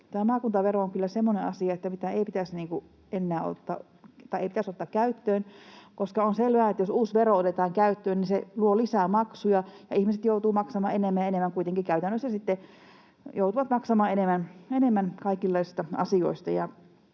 asia, mitä ei pitäisi ottaa käyttöön, koska on selvää, että jos uusi vero otetaan käyttöön, niin se luo lisää maksuja ja ihmiset joutuvat kuitenkin maksamaan